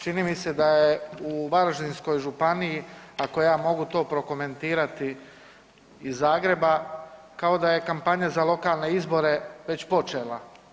Čini mi se da je u Varaždinskoj županiji ako ja mogu to prokomentirati iz Zagreba kao da je kampanja za lokalne izbore već počela.